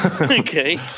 Okay